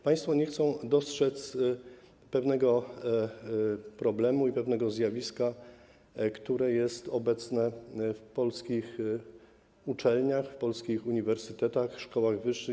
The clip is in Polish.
Państwo nie chcą dostrzec pewnego problemu i pewnego zjawiska, które jest obecne na polskich uczelniach, na polskich uniwersytetach, w szkołach wyższych.